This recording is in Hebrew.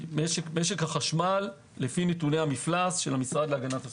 משק החשמל לפי נתוני המפלס של המשרד להגנת הסביבה.